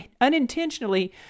unintentionally